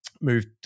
moved